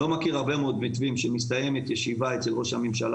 אני לא מכיר הרבה מאוד מתווים שמסתיימת ישיבה אצל ראש הממשלה